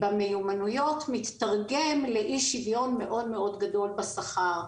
במיומנויות מתרגם לאי שוויון מאוד מאוד גדול בשכר,